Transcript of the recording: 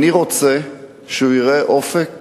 אני רוצה שהוא יראה אופק